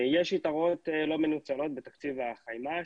יש יתרות לא מנוצלות בתקציב החיימ"ש